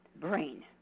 brain